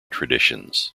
traditions